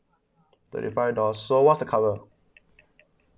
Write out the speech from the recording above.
thirty five dollars so what's the cover